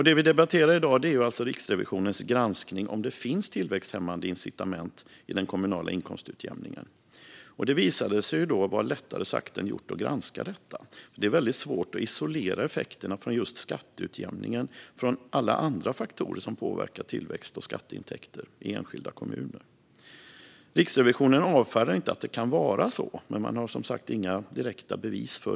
Det vi debatterar i dag är alltså Riksrevisionens granskning av om det finns tillväxthämmande incitament i den kommunala inkomstutjämningen. Det visade sig vara lättare sagt än gjort att granska detta, då det är svårt att isolera effekterna från just skatteutjämningen från alla andra faktorer som påverkar tillväxt och skatteintäkter i enskilda kommuner. Riksrevisionen avfärdar inte att det kan vara så, men man har som sagt inga direkta bevis.